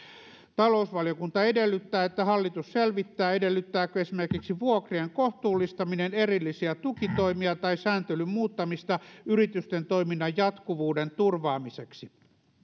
talousvaliokunta edellyttää että hallitus selvittää edellyttääkö esimerkiksi vuokrien kohtuullistaminen erillisiä tukitoimia tai sääntelyn muuttamista yritysten toiminnan jatkuvuuden turvaamiseksi